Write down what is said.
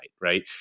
right